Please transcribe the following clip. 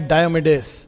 Diomedes